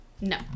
no